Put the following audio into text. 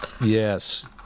Yes